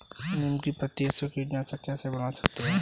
नीम की पत्तियों से कीटनाशक कैसे बना सकते हैं?